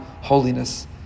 holiness